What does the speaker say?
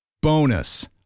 Bonus